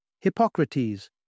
Hippocrates